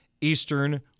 Eastern